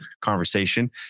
conversation